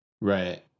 right